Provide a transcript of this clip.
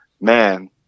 man